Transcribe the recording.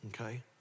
Okay